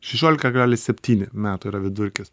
šešiolika kablis septyni metų yra vidurkis